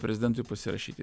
prezidentui pasirašyti